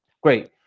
great